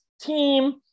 team